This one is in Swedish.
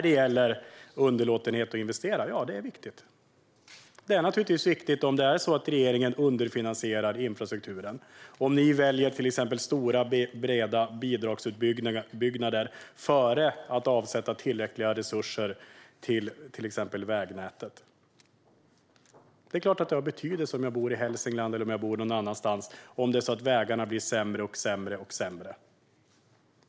Det är givetvis viktigt om regeringen underlåter att investera i infrastruktur och väljer stora, breda bidragsutbyggnader före att avsätta tillräckliga resurser till exempelvis vägnätet. Det är klart att det har betydelse om jag bor i Hälsingland eller någon annanstans och vägarna blir sämre och sämre.